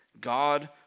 God